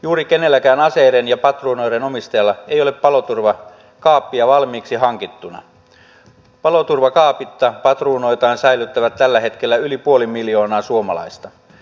juuri kenelläkään aseiden ja patruunoiden omistajalla ei ole paloturvakaappia valmiiksi hankittuna paloturvakaapitta patruunoitaan säilyttää tällä hetkellä yli puoli miljoonaa suomalaista